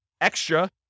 extra